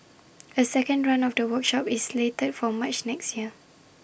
A second run of the workshop is slated for March next year